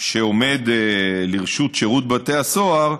שעומד לרשות שירות בתי הסוהר,